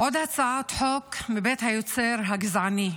עוד הצעת חוק מבית היוצר הגזעני,